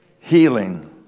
Healing